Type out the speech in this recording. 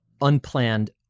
unplanned